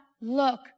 look